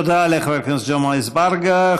תודה לחבר הכנסת ג'מעה אזברגה.